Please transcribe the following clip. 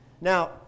Now